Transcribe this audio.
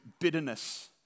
bitterness